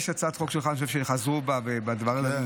יש הצעת חוק שלך, אני חושב שחזרו בהם בדבר הזה.